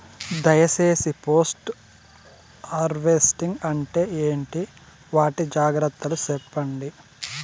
దయ సేసి post harvesting అంటే ఏంటి? వాటి జాగ్రత్తలు సెప్పండి?